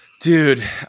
Dude